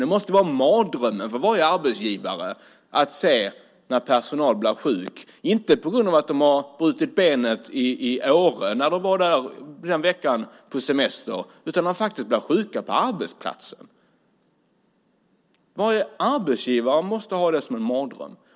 Det måste vara en mardröm för varje arbetsgivare att se att personal blir sjuk men inte på grund av brutet ben under en semestervecka i Åre utan faktiskt på arbetsplatsen. För varje arbetsgivare måste det, som sagt, vara en mardröm.